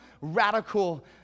radical